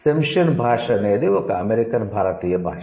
సిమ్షియన్ భాష అనేది ఒక అమెరికన్ భారతీయ భాష